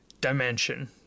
dimension